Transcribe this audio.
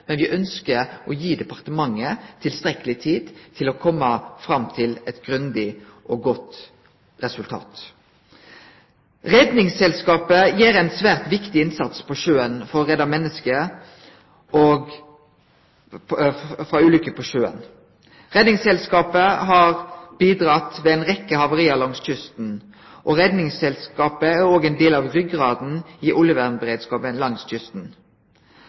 fram til eit grundig og godt resultat. Redningsselskapet gjer ein svært viktig innsats på sjøen for å redde menneske frå ulykker på sjøen. Redningsselskapet har bidrege ved ei rekkje havari langs kysten. Redningsselskapet er òg ein del av ryggrada i oljevernberedskapen langs kysten.